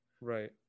right